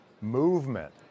movement